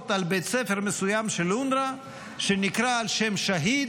על בית ספר מסוים של אונר"א שנקרא על שם שהיד,